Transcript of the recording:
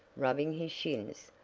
rubbing his shins,